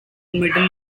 middle